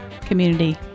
community